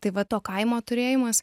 tai va to kaimo turėjimas